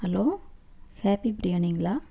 hello happy பிரியாணிங்களா